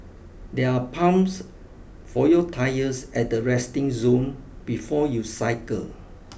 there are pumps for your tyres at the resting zone before you cycle